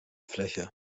fläche